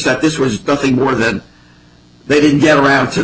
that this was nothing more than they didn't get around to